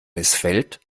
missfällt